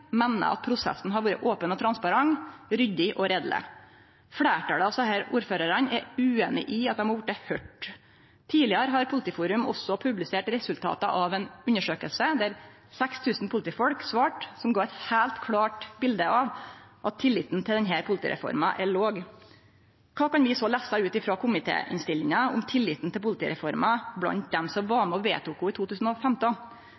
meiner at prosessen har vore open og transparent, ryddig og reieleg. Fleirtalet av desse ordførarane er ueinig i at dei har vorte høyrde. Tidlegare har Politiforum også publisert resultata av ei undersøking der 6 000 politifolk svarte – som gav eit heilt klårt bilete av at tilliten til denne politireforma er låg. Kva kan vi så lese ut ifrå komitéinnstillinga om tilliten til politireforma blant dei som